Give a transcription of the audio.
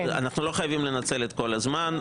ואנחנו לא חייבים לנצל את כל הזמן.